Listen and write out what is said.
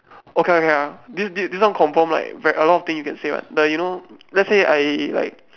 okay okay ah this this one confirm like a lot of things you can say [one] but you know let's say I like